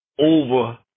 over